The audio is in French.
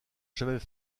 jamais